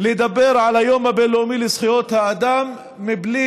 לדבר על היום הבין-לאומי לזכויות האדם בלי